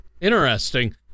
Interesting